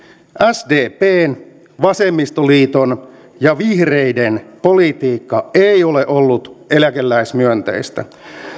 sdpn vasemmistoliiton ja vihreiden politiikka ei ole ollut eläkeläismyönteistä